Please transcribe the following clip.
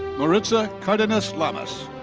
maritza cardenas lamas.